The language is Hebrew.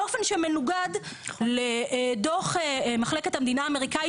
באופן שמנוגד לדו"ח מחלקת המדינה האמריקאית